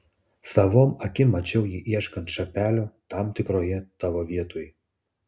savom akim mačiau jį ieškant šapelio tam tikroje tavo vietoj